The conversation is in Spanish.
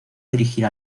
dirigir